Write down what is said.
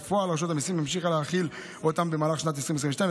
בפועל רשות המיסים המשיכה להחיל אותן במהלך שנת 2022,